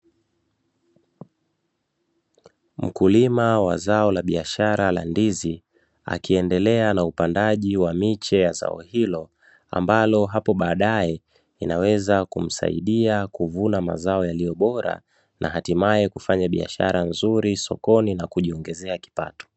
Mkulima wa zao la biashara la ndizi, akiendelea na upandaji wa miche ya zao hilo, ambalo hapo baadae linaweza kumsaidia kuvuna mazo yaliyo bora, na hatimaye kufanya biashara nzuri sokoni na kujiongezea kipato.